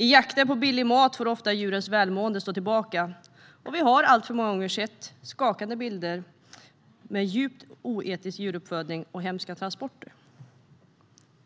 I jakten på billig mat får djurens välmående ofta stå tillbaka. Vi har alltför många gånger sett skakande bilder med djupt oetisk djuruppfödning och hemska transporter.